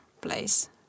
place